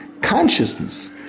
consciousness